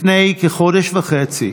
לפני כחודש וחצי